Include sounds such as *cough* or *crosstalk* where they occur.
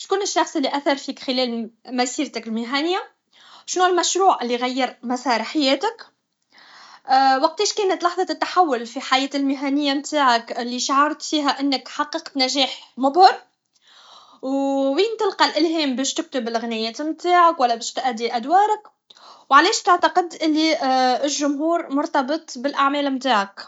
شكون الشخص لي اثؤ فيك خلال مسيرتك المهنيه شنوه المشروع لي غير مسار حياتك *hesitation* وقتاش كانت لحظة التحول في الحياة المهنيه نتاعك لي شعرت فيها انك حققت نجاح مبهر و ين تلقى الالهام باش تكتب لغنيات نتاعك ولا باش تادي ادوارك وعلاش تعتقد الي الجمهور مرتبط بالاعمال نتاعك